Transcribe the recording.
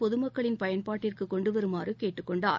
பொதுமக்களின் பயன்பாட்டிற்கு கொண்டுவருமாறு கேட்டுக் கொண்டார்